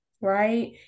right